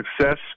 success